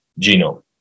genome